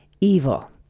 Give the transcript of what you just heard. evil